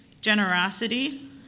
generosity